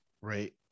Right